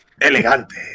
Elegante